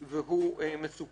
ומסוכן,